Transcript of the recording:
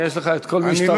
יש לך את כל מי שאתה רוצה.